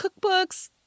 cookbooks